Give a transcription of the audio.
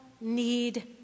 need